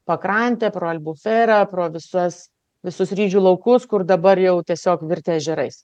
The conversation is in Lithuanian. pakrante pro albuferą pro visas visus ryžių laukus kur dabar jau tiesiog virtę ežerais